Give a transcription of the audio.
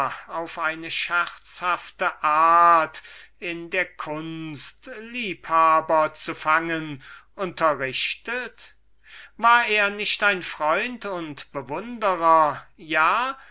auf eine scherzhafte art in der kunst liebhaber zu fangen unterrichtet war er nicht ein freund und bewunderer ja